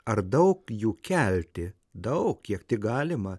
ar daug jų kelti daug kiek tik galima